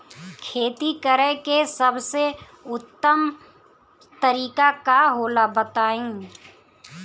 खेती करे के सबसे उत्तम तरीका का होला बताई?